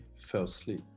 firstly